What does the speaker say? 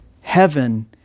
Heaven